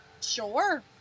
Sure